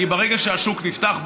כי ברגע שהשוק נפתח,